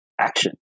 action